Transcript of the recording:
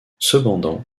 cependant